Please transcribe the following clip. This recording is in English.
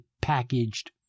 packaged